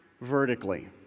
vertically